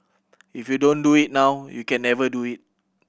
if you don't do it now you can never do it